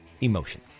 emotion